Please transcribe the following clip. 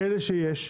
שישנן.